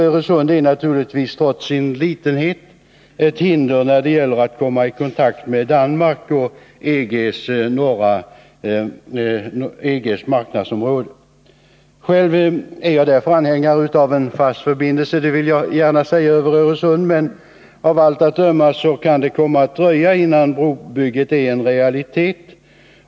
Öresund är naturligtvis trots sin litenhet ett hinder när det gäller att komma i kontakt med Danmark och EG:s marknadsområde. Själv är jag därför anhängare av en fast förbindelse över Öresund — det vill jag gärna säga. Men av allt att döma kan det komma att dröja innan brobygget är en realitet.